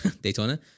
Daytona